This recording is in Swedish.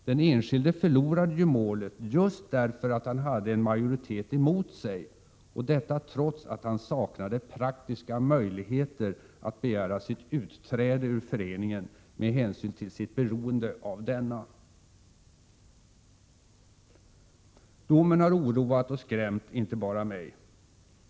Den enskilde förlorade ju målet just därför att han hade en majoritet emot sig och detta trots att han saknade praktiska möjligheter att begära sitt utträde ur föreningen med hänsyn till sitt beroende av denna. Domen har oroat och skrämt inte bara mig.